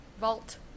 Vault